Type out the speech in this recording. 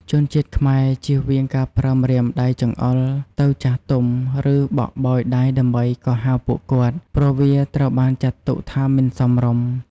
ជនជាតិខ្មែរជៀសវាងការប្រើម្រាមដៃចង្អុលទៅរកចាស់ទុំ ឬបក់បោយដៃដើម្បីកោះហៅពួកគាត់ ព្រោះវាត្រូវបានចាត់ទុកថាមិនសមរម្យ។